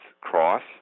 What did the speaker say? cross